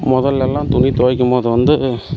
முதல்லலாம் துணி துவைக்கும் போது வந்து